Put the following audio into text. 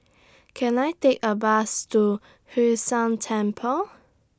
Can I Take A Bus to Hwee San Temple